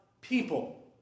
people